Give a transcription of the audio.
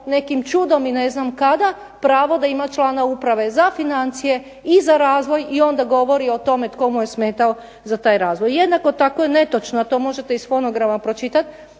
nekim čudom i li ne znam kada pravo da ima člana uprave za financije i za razvoj i onda govori o tome tko mu je smetao za taj razvoj. Jednako tako je netočno, a to možete iz fonograma pročitati